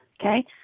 Okay